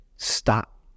stop